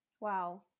Wow